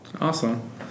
Awesome